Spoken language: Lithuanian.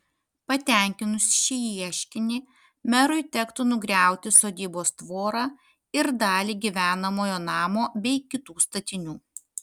patenkinus šį ieškinį merui tektų nugriauti sodybos tvorą ir dalį gyvenamojo namo bei kitų statinių